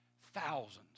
thousands